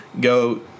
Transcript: Go